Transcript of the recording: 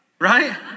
right